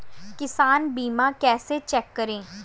किसान बीमा कैसे चेक करें?